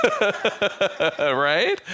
Right